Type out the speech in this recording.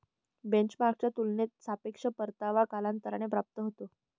बेंचमार्कच्या तुलनेत सापेक्ष परतावा कालांतराने प्राप्त होतो